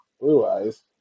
Blue-Eyes